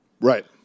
Right